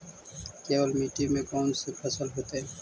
केवल मिट्टी में कौन से फसल होतै?